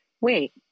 wait